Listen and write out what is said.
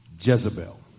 Jezebel